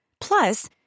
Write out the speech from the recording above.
Plus